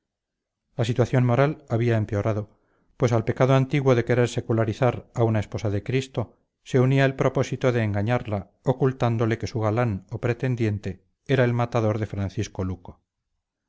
la situación moral había empeorado pues al pecado antiguo de querer secularizar a una esposa de cristo se unía el propósito de engañarla ocultándole que su galán o pretendiente era el matador de francisco luco